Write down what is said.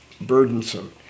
burdensome